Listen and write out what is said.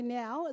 now